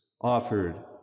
offered